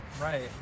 Right